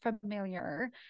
familiar